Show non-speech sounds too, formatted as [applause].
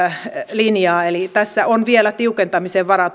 linjaa eli tässä tupakkalainsäädännössä on vielä tiukentamisen varaa [unintelligible]